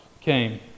came